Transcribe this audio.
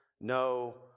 no